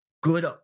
good